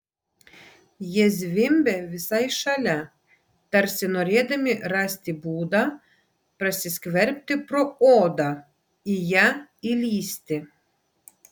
jie zvimbė visai šalia tarsi norėdami rasti būdą prasiskverbti pro odą į ją įlįsti